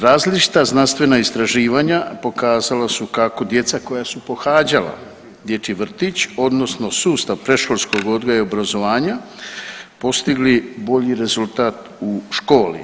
Različita znanstvena istraživanja pokazala su kako djeca koja su pohađala dječji vrtić odnosno sustav predškolskog odgoja i obrazovanja postigli bolji rezultat u školi.